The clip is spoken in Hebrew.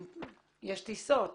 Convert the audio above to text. אם יש טיסות,